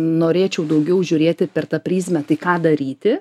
norėčiau daugiau žiūrėti per tą prizmę tai ką daryti